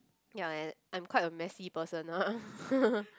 ya I I'm quite a messy person ah